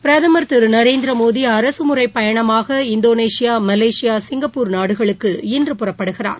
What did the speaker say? பிரதமா் திரு நரேந்திரமோடி அரசுமுறைப் பயணமாக இந்தோனேஷியாமலேசியா சிங்கப்பூர் நாடுகளுக்கு இன்று புறப்படுகிறார்